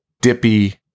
Dippy